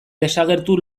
desagertu